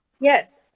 Yes